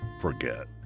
forget